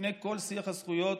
לפני כל שיח הזכויות,